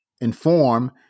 inform